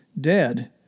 dead